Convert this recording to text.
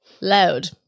loud